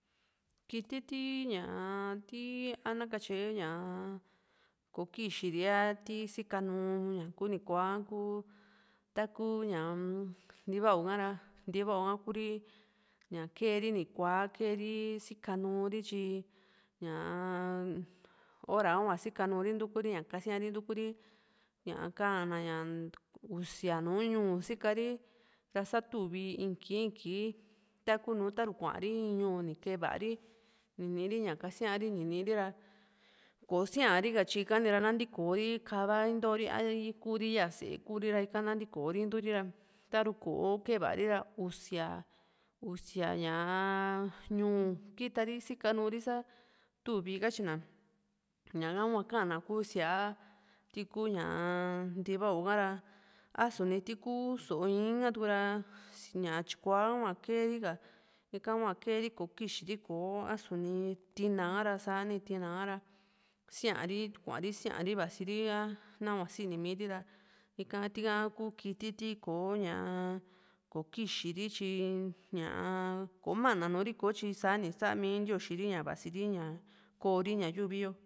kiti ti ñaa a nakatye ña ko kixiri a ti sikanuu ña kuni kuaa ha ku taku ñaa-m ntiva´u ha´ra ntiva´u ha Kuri ña keeri ni kuaa keeri sikanu ri tyi ñaa hora hua sikanuri ntuku ri ña kasíari ntuku ri ña ka´an ña usia nùù ñuu sikanu ri ra sá tuvi in kii in kii takunu taru kua´ri in ñuu ni kee va´a ri niniri ña kasíari ni nii´ri ra kò´o siari ka tyi ikani ntikoo ri ka´va ntoori a kuuri ya sée Kuri ra ika nantiko ri intu ri ra ta´ru kò´o kee va´a ri ra usia usia ñaa ñuu kitari sika Nuri sa tuvi katyina ñaka hua ka´na síaa tiku ñaa ntiva´u ka´ra a´su ni tiku so´o in ha tuku ra ñaa tyikua hua kee ri ka ika hua keer i kò´o kixiri kò´o ta´a a´su ni tina ha ra sani tina ka siaari kua´ri siaari vaasi ri a nahua sini mii ri ra ika tika kuu kiti ti kò´o ñaa ko kixiri tyi ñaa ko mana nuu ri kotyi sa´ni sa´mi ntioxi ri vasiri ña koo ri ña yuvi yo